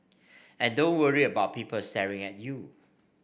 and don't worry about people staring at you